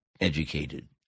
educated